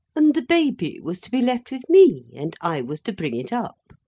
and the baby was to be left with me, and i was to bring it up.